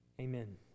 Amen